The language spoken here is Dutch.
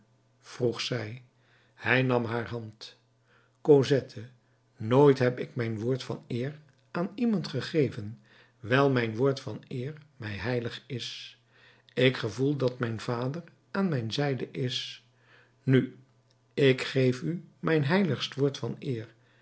vroeg zij hij nam haar hand cosette nooit heb ik mijn woord van eer aan iemand gegeven wijl mijn woord van eer mij heilig is ik gevoel dat mijn vader aan mijn zijde is nu ik geef u mijn heiligst woord van eer